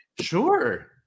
Sure